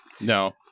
No